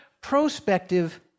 prospective